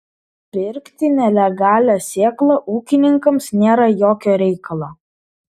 pirkti nelegalią sėklą ūkininkams nėra jokio reikalo